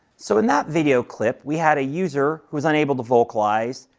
so, in that video clip, we had a user who was unable to vocalize,